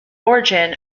origin